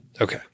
Okay